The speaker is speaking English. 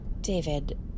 David